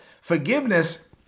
forgiveness